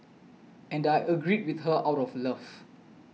and I agreed with her out of love